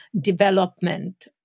development